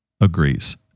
agrees